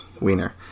Wiener